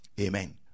Amen